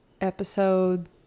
episode